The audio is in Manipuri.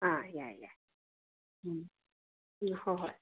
ꯑꯥ ꯌꯥꯏ ꯌꯥꯏ ꯎꯝ ꯍꯣꯍꯣꯏ